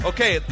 Okay